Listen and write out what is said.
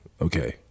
okay